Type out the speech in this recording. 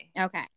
Okay